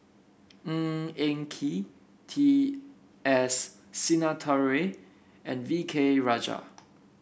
Ng Eng Kee T S Sinnathuray and V K Rajah